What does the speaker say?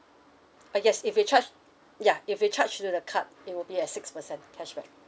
uh yes if it charge yeah if it charge to the card it will be at six percent cashback